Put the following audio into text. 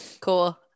Cool